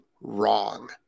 wrong